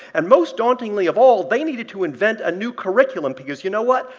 and most dauntingly of all, they needed to invent a new curriculum because you know what?